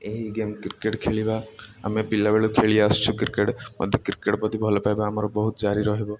ଏହି game cricket ଖେଳିବା ଆମେ ପିଲାବେଳୁ ଖେଳି ଆସୁଛୁ କ୍ରିକେଟ୍ ମଧ୍ୟ କ୍ରିକେଟ୍ ପ୍ରତି ଭଲ ପାଇବା ଆମର ବହୁତ ଜାରି ରହିବ